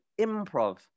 improv